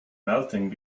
melting